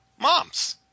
moms